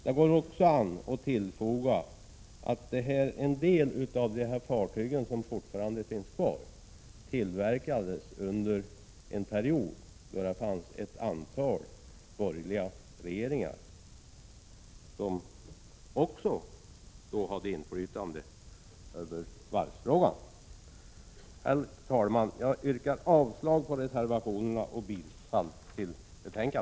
Det går också an att tillfoga att en del av fartygen som fortfarande finns kvar tillverkades under en period när vi hade ett antal borgerliga regeringar, som då också hade inflytande över varvsfrågan. Herr talman! Jag yrkar avslag på reservationerna och bifall till utskottets hemställan.